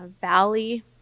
valley